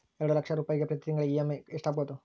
ಎರಡು ಲಕ್ಷ ರೂಪಾಯಿಗೆ ಪ್ರತಿ ತಿಂಗಳಿಗೆ ಇ.ಎಮ್.ಐ ಎಷ್ಟಾಗಬಹುದು?